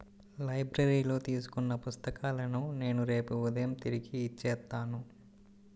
లైబ్రరీలో తీసుకున్న పుస్తకాలను నేను రేపు ఉదయం తిరిగి ఇచ్చేత్తాను